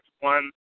one